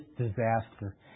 disaster